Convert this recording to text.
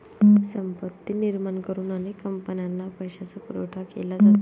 संपत्ती निर्माण करून अनेक कंपन्यांना पैशाचा पुरवठा केला जातो